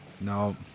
No